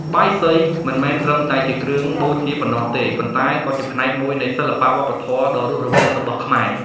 បាយសីមិនមែនត្រឹមតែជាគ្រឿងបូជាប៉ុណ្ណោះទេ ប៉ុន្តែក៏ជាផ្នែកមួយនៃ សិល្បៈវប្បធម៌ ដ៏រស់រវើករបស់ខ្មែរ។